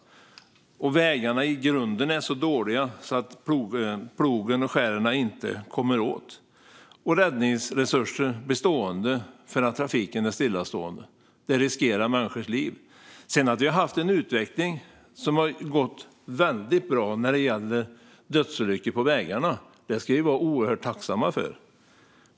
Vägarna är i grunden så dåliga att plogen och skären inte kommer åt. Räddningsresurser blir stående för att trafiken är stillastående, vilket riskerar människors liv. Vi har haft en god utveckling vad gäller dödsolyckor på vägarna, och det ska vi vara mycket tacksamma för.